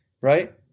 right